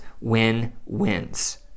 win-wins